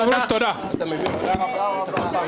הישיבה ננעלה בשעה